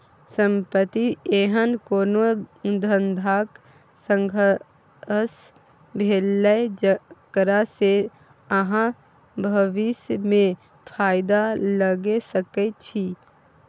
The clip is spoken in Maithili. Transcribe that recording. संपत्ति एहन कोनो धंधाक साधंश भेलै जकरा सँ अहाँ भबिस मे फायदा लए सकै छी